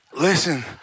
Listen